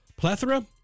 Plethora